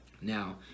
Now